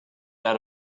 out